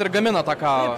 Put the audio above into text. ir gamina tą kavą